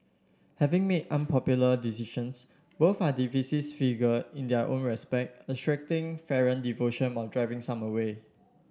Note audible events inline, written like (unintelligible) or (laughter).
having made unpopular decisions both are (unintelligible) figure in their own respect attracting fervent devotion while driving some away